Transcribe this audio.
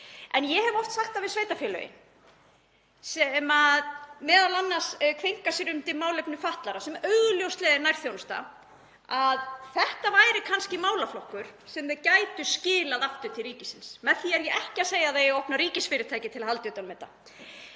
En ég hef oft sagt það við sveitarfélögin, sem m.a. kveinka sér undan málefnum fatlaðra sem augljóslega er nærþjónusta, að þetta væri kannski málaflokkur sem þau gætu skilað aftur til ríkisins. Með því er ég ekki að segja að það eigi að opna ríkisfyrirtæki til að halda utan um þetta.